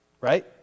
Right